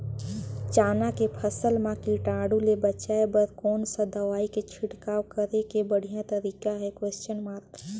चाना के फसल मा कीटाणु ले बचाय बर कोन सा दवाई के छिड़काव करे के बढ़िया तरीका हे?